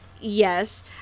yes